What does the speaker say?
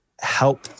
help